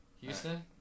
Houston